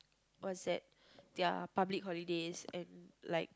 what's that their public holidays and like